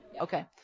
Okay